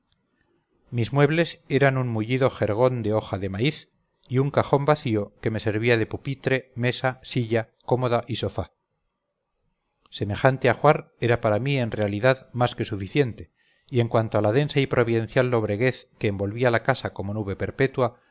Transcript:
mis muebles eran un mullido jergón de hoja de maíz y un cajón vacío que me servía de pupitre mesa silla cómoda y sofá semejante ajuar era para mí en realidad más que suficiente y en cuanto a la densa y providencial lobreguez que envolvía la casa como nube perpetua